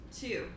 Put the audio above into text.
two